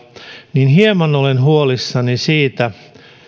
hieman olen huolissani siitä